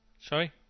Sorry